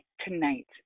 tonight